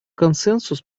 консенсус